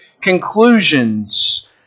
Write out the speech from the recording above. conclusions